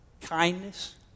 kindness